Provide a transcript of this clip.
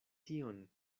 tion